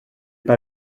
pas